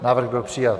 Návrh byl přijat.